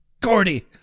Gordy